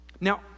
now